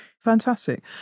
fantastic